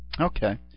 Okay